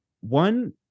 one